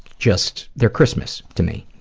just they're christmas to me.